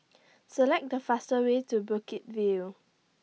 Select The faster Way to Bukit View